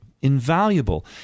invaluable